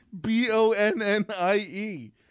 B-O-N-N-I-E